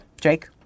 Jake